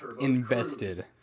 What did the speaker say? invested